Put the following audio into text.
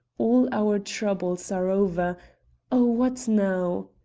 all our troubles are over oh, what now!